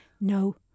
No